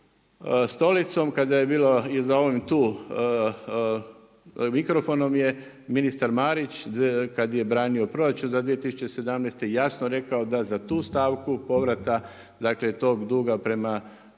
tu stolicom kada je bilo i za ovim tu mikrofonom je ministar Marić kada je branio proračun za 2017. jasno rekao da za tu stavku povrata, dakle tog duga prema